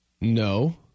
No